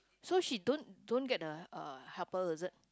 so she don't don't get the uh helper is it